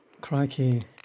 Crikey